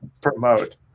promote